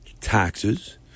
taxes